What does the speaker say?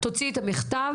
תוציא את המכתב,